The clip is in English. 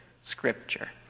scripture